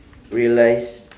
realise